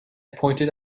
pointed